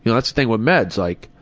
and that's the thing with meds like,